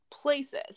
places